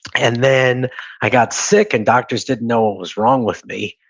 and then i got sick, and doctors didn't know what was wrong with me.